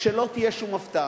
שלא תהיה שום הפתעה.